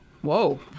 Whoa